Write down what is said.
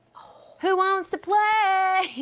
who wants to play?